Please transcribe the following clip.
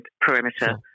perimeter